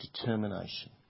determination